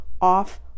off